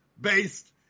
Based